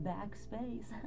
Backspace